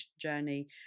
journey